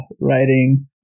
writing